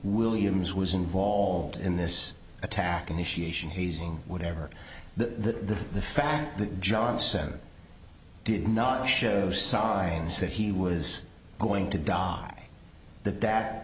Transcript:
williams was involved in this attack initiation hazing whatever the the fact that johnson did not show signs that he was going to die that that